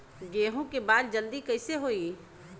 गेहूँ के बाल जल्दी कईसे होई?